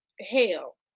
Hell